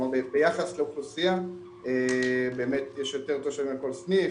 כלומר ביחס לאוכלוסייה יש יותר תושבים על כל סניף,